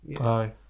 Aye